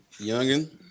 Youngin